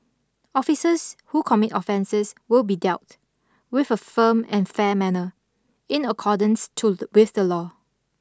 officers who commit offences will be dealt with a firm and fair manner in accordance to with the law